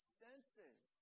senses